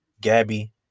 Gabby